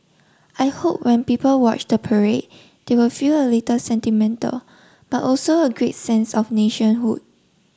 I hope when people watch the parade they will feel a little sentimental but also a great sense of nationhood